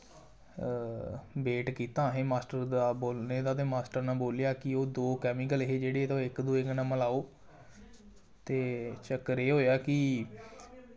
weight कीता असें master दा बोलने दा ते मास्टर ने बोलेआ की ओह् दो केमिकल हे जेह्ड़े तां ओह् इक दूऐ कन्नै मलाओ ते चक्कर एह् होया कि